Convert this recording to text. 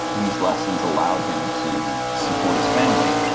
these lessons allowed him to support his family.